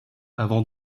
avant